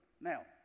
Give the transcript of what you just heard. Now